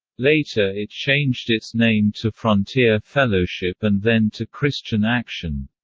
later it changed its name to frontier fellowship and then to christian action.